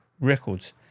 Records